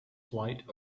flight